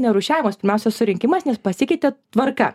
nerūšiavimas pirmiausia surinkimas nes pasikeitė tvarka